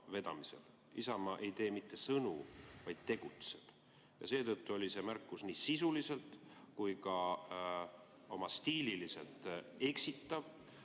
Isamaa ei tee mitte sõnu, vaid tegutseb. Seetõttu oli see märkus nii sisuliselt kui ka stiililiselt eksitav